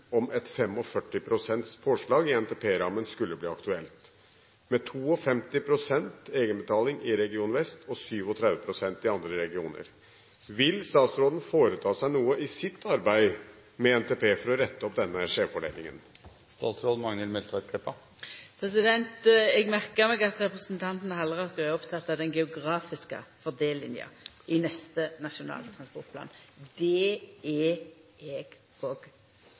om et 45 pst. påslag i Nasjonal transportplan-rammen skulle bli aktuelt, med 52 pst. i Region Vest og 37 pst. i andre regioner. Vil statsråden foreta seg noe i sitt arbeid med Nasjonal transportplan for å rette opp denne skjevfordelingen?» Eg merka meg at representanten Halleraker er oppteken av den geografiske fordelinga i neste Nasjonal transportplan. Det er